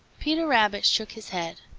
peter rabbit shook his head.